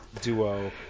duo